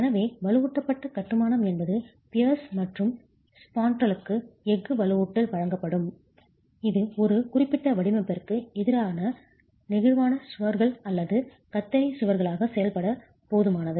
எனவே வலுவூட்டப்பட்ட கட்டுமானம் என்பது பியர்ஸ் மற்றும் ஸ்பாண்ட்ரல்களுக்கு எஃகு வலுவூட்டல் வழங்கப்படும் இது ஒரு குறிப்பிட்ட வடிவமைப்பிற்கு எதிராக நெகிழ்வான சுவர்கள் அல்லது கத்தரி சுவர்களாக செயல்பட போதுமானது